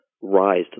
rise